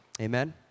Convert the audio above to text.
Amen